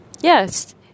yes